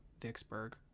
Vicksburg